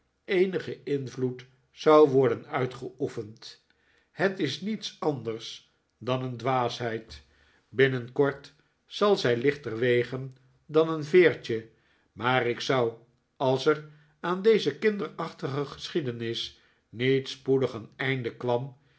eenige invloed zou worden uitgeoefend het is niets anders dan een dwaasheid binnenkort zal zij lichter wegen dan een veertje maar ik zou als er aan deze kinderachtige geschiedenis niet spoedig een einde kwam